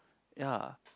ya